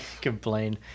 complain